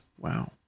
Wow